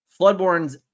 Floodborns